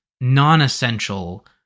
non-essential